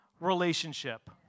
relationship